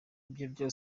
ibyo